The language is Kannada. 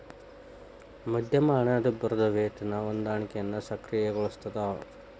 ಮಧ್ಯಮ ಹಣದುಬ್ಬರದ್ ವೇತನ ಹೊಂದಾಣಿಕೆಯನ್ನ ಸಕ್ರಿಯಗೊಳಿಸ್ತದ